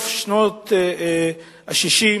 בסוף שנות ה-60,